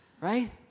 Right